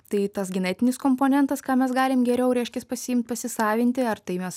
tai tas genetinis komponentas ką mes galim geriau reiškias pasiim pasisavinti ar tai mes